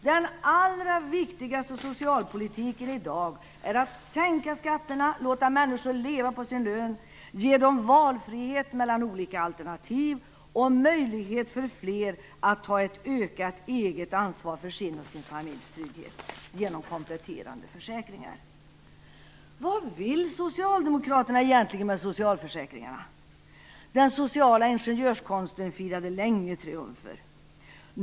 Den allra viktigaste socialpolitiken i dag är att sänka skatterna, att låta människor leva på sin lön, att ge människor valfrihet mellan olika alternativ och att ge möjlighet för fler att ta ett ökat eget ansvar för sig och sin familjs trygghet genom kompletterande försäkringar. Vad vill socialdemokraterna egentligen med socialförsäkringarna? Den sociala ingenjörskonsten firade länge triumfer.